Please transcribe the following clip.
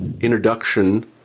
introduction